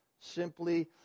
simply